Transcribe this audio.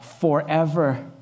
forever